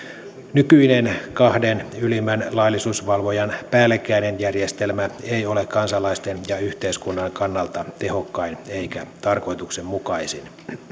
nykyinen kahden ylimmän laillisuusvalvojan päällekkäinen järjestelmä ei ole kansalaisten ja yhteiskunnan kannalta tehokkain eikä tarkoituksenmukaisin